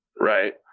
Right